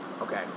Okay